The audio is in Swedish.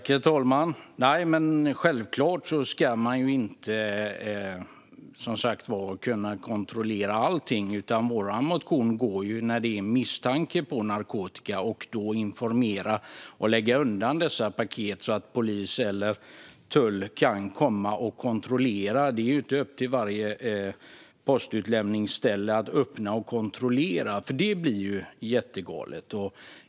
Herr talman! Självklart ska man inte kunna kontrollera allting. Vår motion handlar om när det finns misstanke om narkotika. Då ska man kunna lägga undan dessa paket och informera polis eller tull så att de kan komma och kontrollera dem. Det är ju inte upp till varje postutlämningsställe att öppna och kontrollera, vilket skulle bli jättegalet.